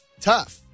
tough